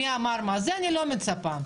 לזה אני לא מצפה.